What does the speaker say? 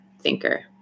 thinker